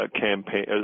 campaign